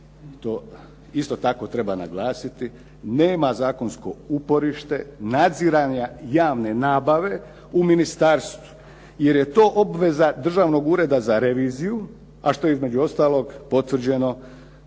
isto tako treba naglasiti, nema zakonsko uporište nadziranja javne nabave u ministarstvu, jer je to obveza Državnog ureda za reviziju, a što je između ostalog potvrđeno